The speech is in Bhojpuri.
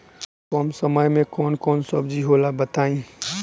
कम समय में कौन कौन सब्जी होला बताई?